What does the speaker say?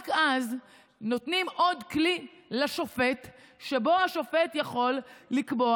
רק אז נותנים עוד כלי לשופט שבו השופט יכול לקבוע